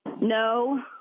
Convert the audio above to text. no